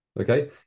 Okay